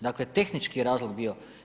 Dakle, tehnički je razlog bio.